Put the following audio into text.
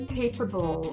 capable